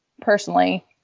personally